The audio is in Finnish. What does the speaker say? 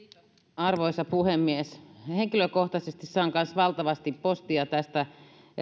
arvoisa puhemies henkilökohtaisesti saan kanssa valtavasti postia tästä